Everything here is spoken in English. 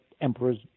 emperors